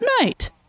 night